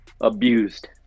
abused